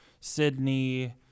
Sydney